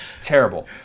Terrible